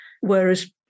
Whereas